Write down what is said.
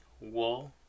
wool